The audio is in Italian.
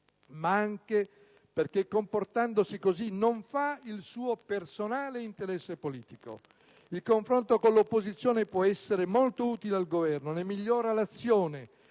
ma anche perché comportandosi così non fa il suo personale interesse politico. Il confronto con l'opposizione può essere molto utile al Governo: ne migliora l'azione,